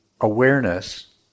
awareness